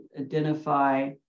identify